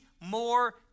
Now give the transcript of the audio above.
more